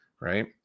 right